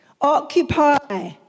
Occupy